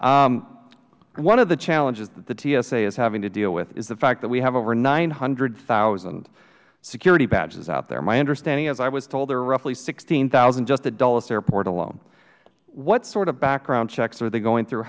one of the challenges that the tsa is having to deal with is the fact that we have over nine hundred thousand security badges out there my understanding as i was told there are roughly sixteen thousand just at dulles airport alone what sort of background checks are they going through